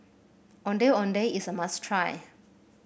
Ondeh Ondeh is a must try